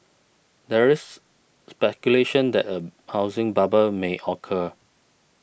there is speculation that a housing bubble may occur